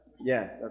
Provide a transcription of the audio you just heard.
yes